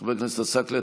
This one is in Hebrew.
חבר הכנסת עסאקלה,